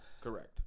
Correct